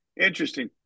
Interesting